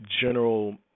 general